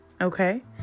okay